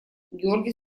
георгий